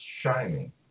shining